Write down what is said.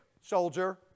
soldier